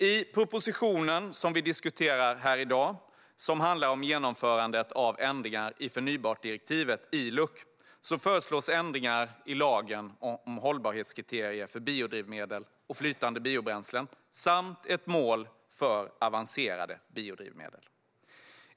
I den proposition som vi diskuterar här i dag och som handlar om genomförandet av ändringar i förnybartdirektivet, ILUC, föreslås ändringar i lagen om hållbarhetskriterier för biodrivmedel och flytande biobränslen samt ett mål för avancerade biodrivmedel.